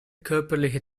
körperliche